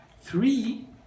Three